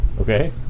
Okay